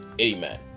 Amen